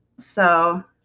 so